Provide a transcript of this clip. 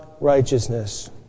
righteousness